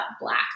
black